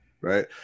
right